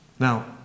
Now